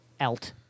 elt